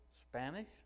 Spanish